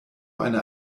eine